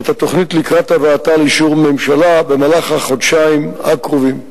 את התוכנית לקראת הבאתה לאישור ממשלה במהלך החודשיים הקרובים.